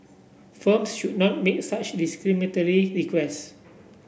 firms should not make such discriminatory requests